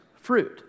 fruit